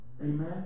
Amen